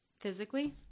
Physically